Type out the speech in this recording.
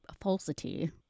falsity